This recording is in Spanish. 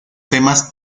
temas